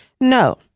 No